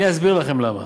אני אסביר לכם למה.